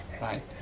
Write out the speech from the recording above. right